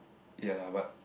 ya lah but